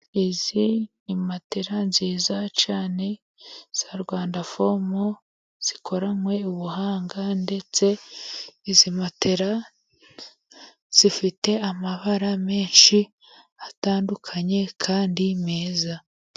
Izi ni matela nziza cyane za Rwandafomu zikoranywe ubuhanga ndetse izi matela, zifite amabara menshi atandukanye kandi meza.